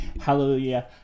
Hallelujah